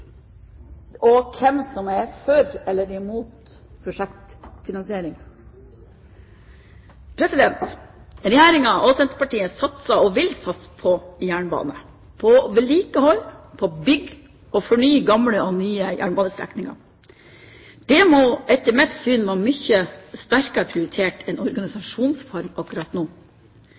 og hvem som er for eller imot prosjektfinansiering. Regjeringen og Senterpartiet satser – og vil satse – på jernbanen, på vedlikehold, på bygg, på å fornye gamle og nye jernbanestrekninger. Det må etter mitt syn være mye sterkere prioritert enn organisasjonsform akkurat nå.